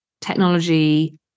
technology